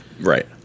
Right